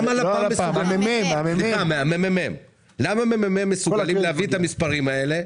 למה הממ"מ מסוגלים להביא את המספרים האלה,